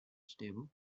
stable